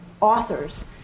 authors